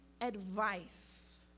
advice